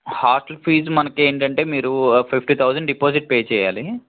hostel fees మనకి ఏంటంటే మీరు ఫిఫ్టీ తౌజండ్ డిపాజిట్ పే చెయ్యాలి